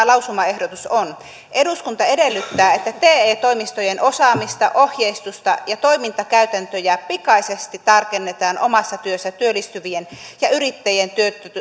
lausumaehdotus eduskunta edellyttää että te toimistojen osaamista ohjeistusta ja toimintakäytäntöjä pikaisesti tarkennetaan omassa työssä työllistyvien ja yrittäjien